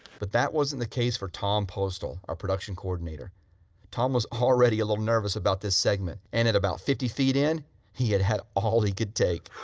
but that wasn't the case for tom postal our production coordinator tom was already a little nervous about this segment and at about fifty feet in he had had all he could take